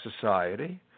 society